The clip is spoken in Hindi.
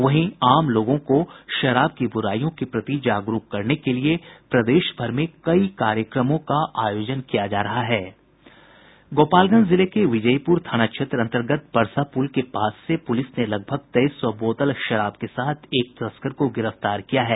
वहीं लोगों को शराब की बुराईयों के प्रति जागरूक करने के लिये प्रदेशभर में कई कार्यक्रमों का आयोजन किया जा रहा है गोपालगंज जिले के विजयीपुर थाना क्षेत्र अन्तर्गत परसा पुल के पास से पुलिस ने लगभग तेईस सौ बोतल विदेशी शराब के साथ एक तस्कर को गिरफ्तार किया है